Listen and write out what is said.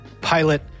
pilot